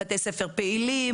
בתי ספר פעילים,